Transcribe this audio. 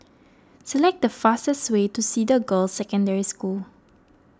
select the fastest way to Cedar Girls' Secondary School